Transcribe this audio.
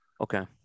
Okay